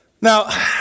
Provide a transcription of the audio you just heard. Now